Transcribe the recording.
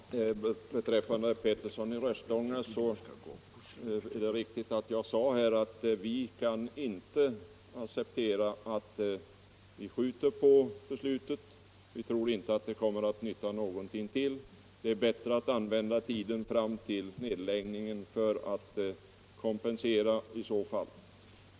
Herr talman! Beträffande herr Peterssons i Röstånga inlägg är det riktigt att jag sade att vi inte kan acceptera att man skjuter på beslutet. Vi tror inte att det kommer att tjäna någonting till. Det är bättre att använda tiden fram till nedläggningen för att kompensera regionen med sysselsättning.